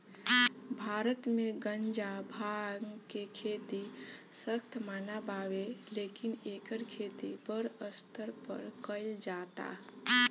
भारत मे गांजा, भांग के खेती सख्त मना बावे लेकिन एकर खेती बड़ स्तर पर कइल जाता